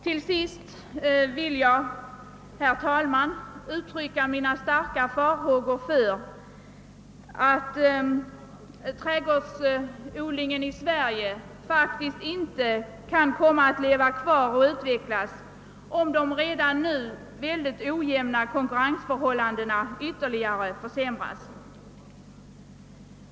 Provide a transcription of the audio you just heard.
Till sist vill jag, herr talman, uttrycka mina starka farhågor för att trädgårdsodlingen i Sverige faktiskt inte kan leva kvar och utvecklas om de redan nu mycket ojämna konkurrensförhållandena ytterligare försämras.